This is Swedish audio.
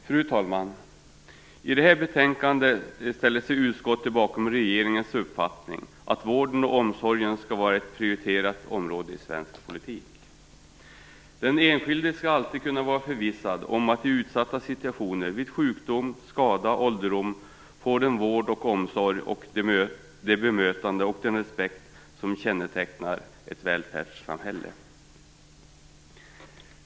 Fru talman! I det här betänkandet ställer sig utskottet bakom regeringens uppfattning att vården och omsorgen skall vara ett prioriterat område i svensk politik. Den enskilde skall alltid kunna vara förvissad om att i utsatta situationer, vid sjukdom, skada och ålderdom, få den vård och omsorg, det bemötande och den respekt som kännetecknar ett välfärdssamhälle.